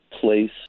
place